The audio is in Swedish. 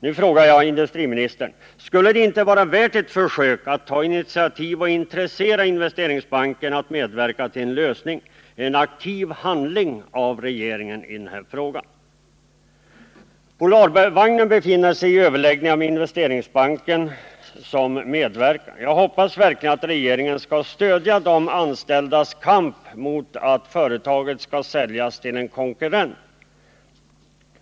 Nu frågar jag industriministern: Skulle det inte vara värt ett försök att ta initiativ och intressera Investeringsbanken att medverka till en lösning — en aktiv handling av regeringen i den här frågan? Polarvagnen befinner sig i överläggningar med Investeringsbanken som medverkande. Jag hoppas verkligen att regeringen skall stödja de anställdas kamp mot att företaget säljs till en konkurrent.